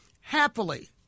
happily